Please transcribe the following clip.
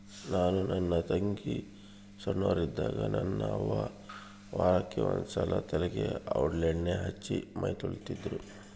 ನಾನು ನನ್ನ ತಂಗಿ ಸೊಣ್ಣೋರಿದ್ದಾಗ ನನ್ನ ಅವ್ವ ವಾರಕ್ಕೆ ಒಂದ್ಸಲ ತಲೆಗೆ ಔಡ್ಲಣ್ಣೆ ಹಚ್ಚಿ ಮೈತೊಳಿತಿದ್ರು